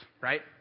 right